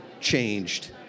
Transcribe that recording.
changed